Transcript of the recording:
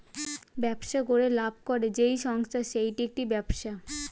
ব্যবসা করে লাভ করে যেই সংস্থা সেইটা একটি ব্যবসা